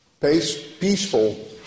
peaceful